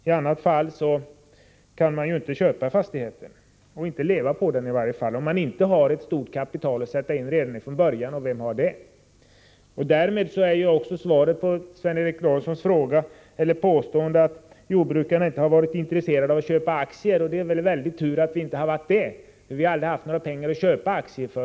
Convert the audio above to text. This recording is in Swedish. I annat fall kan man ju inte köpa fastigheten, inte leva på den i varje fall, om man inte har ett stort kapital att sätta in redan från början — och vem har det? Därmed har vi också svaret på Sven Eric Lorentzons påstående att jordbrukarna inte har varit intresserade av att köpa aktier. Det är väl en väldig tur att vi inte har varit det, för vi har aldrig haft några pengar att köpa aktier för.